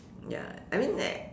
ya I mean uh